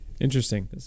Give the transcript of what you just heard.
Interesting